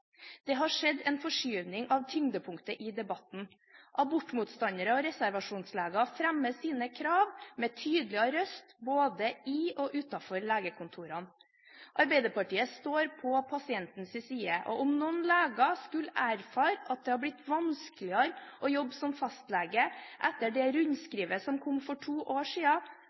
Det har skjedd en forskyvning av tyngdepunktet i debatten. Abortmotstandere og reservasjonsleger fremmer sine krav med tydeligere røst både i og utenfor legekontorene. Arbeiderpartiet står på pasientens side, og om noen leger skulle erfare at det har blitt vanskeligere å jobbe som fastlege etter det rundskrivet som kom for ca. to år